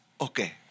Okay